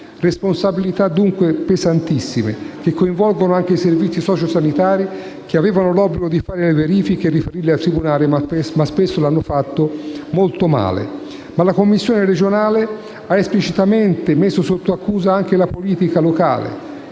Responsabilità pesantissime, dunque, che coinvolgono anche i servizi sociosanitari che avevano l'obbligo di fare le verifiche e di riferire al tribunale, ma che spesso l'hanno fatto molto male. La Commissione regionale ha esplicitamente messo sotto accusa anche la politica locale,